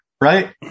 right